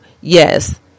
yes